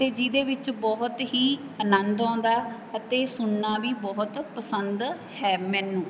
ਅਤੇ ਜਿਹਦੇ ਵਿੱਚ ਬਹੁਤ ਹੀ ਆਨੰਦ ਆਉਂਦਾ ਅਤੇ ਸੁਣਨਾ ਵੀ ਬਹੁਤ ਪਸੰਦ ਹੈ ਮੈਨੂੰ